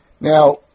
Now